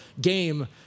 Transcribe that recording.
game